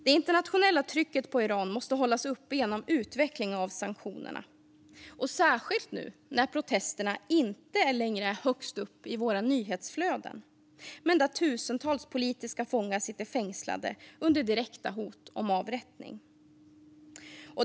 Det internationella trycket på Iran måste hållas uppe genom utveckling av sanktionerna, särskilt nu när protesterna inte längre är högst upp i våra nyhetsflöden men tusentals politiska fångar sitter fängslade under direkta hot om avrättning.